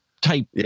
type